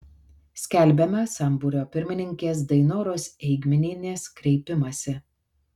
skelbiame sambūrio pirmininkės dainoros eigminienės kreipimąsi